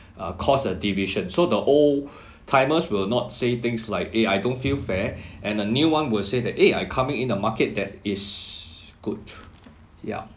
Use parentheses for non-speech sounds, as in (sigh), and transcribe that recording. (breath) uh cause a division so the old (breath) timers will not say things like eh I don't feel fair (breath) and a new one will say that eh I coming in a market that is good ya